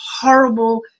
horrible